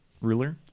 ruler